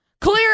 clear